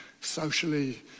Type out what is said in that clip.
socially